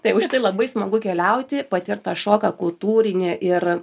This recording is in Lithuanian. tai užtai labai smagu keliauti patirt tą šoką kultūrinį ir